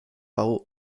bau